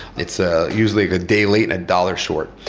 it's ah usually a day late and a dollar short.